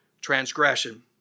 transgression